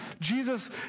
Jesus